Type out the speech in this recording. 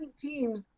teams